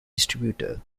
distributor